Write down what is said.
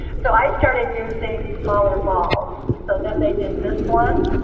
so i started using smaller balls. so then they did this one.